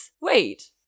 wait